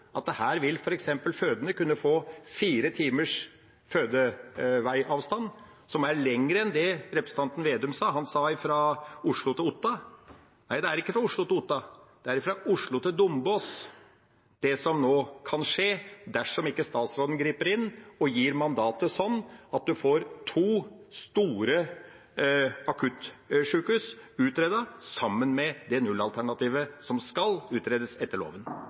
at her vil f.eks. fødende kunne få fire timers fødeveiavstand, som er lenger enn det representanten Slagsvold Vedum sa tidligere i dag. Han sa fra Oslo til Otta. Nei, det er ikke fra Oslo til Otta – det er fra Oslo til Dombås, det som nå kan skje dersom statsråden ikke griper inn og gir mandatet slik at man får to store akuttsykehus utredet, sammen med det 0-alternativet som skal utredes etter loven.